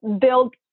build